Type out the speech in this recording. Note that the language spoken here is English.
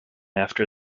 after